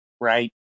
right